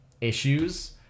issues